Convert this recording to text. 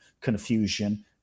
confusion